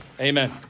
Amen